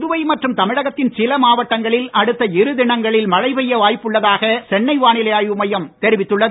புதுவை மற்றும் தமிழகத்தின் சில மாவட்டங்களில் அடுத்த இரு தினங்களில் மழை பெய்ய வாய்ப்புள்ளதாக சென்னை வானிலை ஆய்வு மையம் தெரிவித்துள்ளது